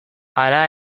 hala